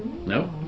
no